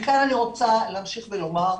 מכאן אני רוצה להמשיך ולומר שקורונה,